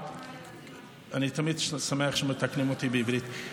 אני תמיד שמח שמתקנים אותי בעברית.